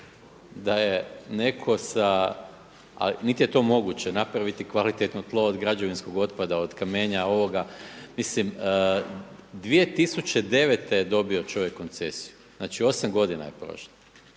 da je netko sa, niti je to moguće napraviti kvalitetno tlo od građevinskog otpada, od kamenja ovoga. Mislim 2009. je dobio čovjek koncesiju. Znači, osam godina je prošlo.